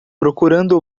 procurando